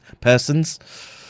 persons